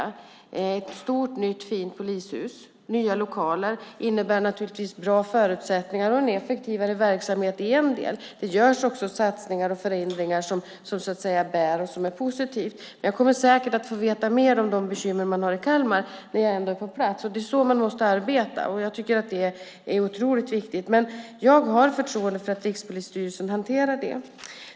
Man har ett stort, nytt, fint polishus. Nya lokaler innebär naturligtvis bra förutsättningar och en effektivare verksamhet. Det är en del. Det görs också satsningar och förändringar som bär, så att säga, vilket är positivt. Jag kommer säkert att få veta mer om de bekymmer man har i Kalmar när jag är på plats. Det är så man måste arbeta. Jag tycker att detta är otroligt viktigt, men jag har förtroende för att Rikspolisstyrelsen hanterar det.